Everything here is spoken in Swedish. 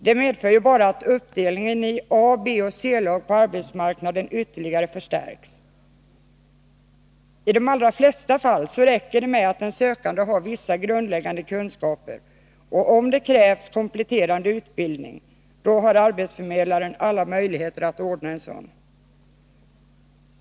Detta medför ju bara att uppdelningen i A-, B och C-lag på arbetsmarknaden ytterligare förstärks. I de allra flesta fall räcker det med att den sökande har vissa grundläggande kunskaper. Om det krävs kompletterande utbildning, har arbetsförmedlaren alla möjligheter att ordna en sådan.